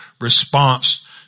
response